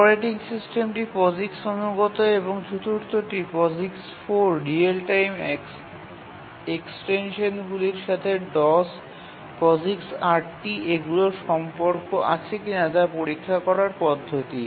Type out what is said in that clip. operating সিস্টেমটি POSIX অনুগত এবং চতুর্থটি POSIX 4 রিয়েল টাইম এক্সটেনশনগুলির সাথে ডস POSIX RT এগুলির সম্পর্ক আছে কিনা তা পরীক্ষা করার পদ্ধতি